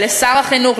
לשר החינוך,